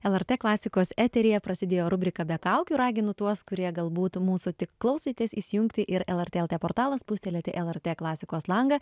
lrt klasikos eteryje prasidėjo rubrika be kaukių raginu tuos kurie galbūt mūsų tik klausėtės įsijungti ir lrt portalą spustelėti lrt klasikos langą